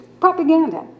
propaganda